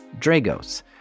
Dragos